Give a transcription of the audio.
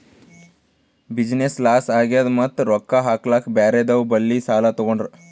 business loss ಆಗ್ಯಾದ್ ಮತ್ತ ರೊಕ್ಕಾ ಹಾಕ್ಲಾಕ್ ಬ್ಯಾರೆದವ್ ಬಲ್ಲಿ ಸಾಲಾ ತೊಗೊಂಡ್ರ